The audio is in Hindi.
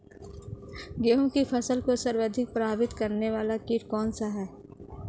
गेहूँ की फसल को सर्वाधिक प्रभावित करने वाला कीट कौनसा है?